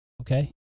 okay